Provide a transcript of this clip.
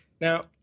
now